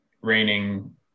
raining